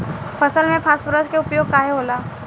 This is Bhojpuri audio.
फसल में फास्फोरस के उपयोग काहे होला?